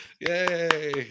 Yay